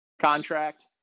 contract